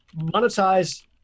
monetize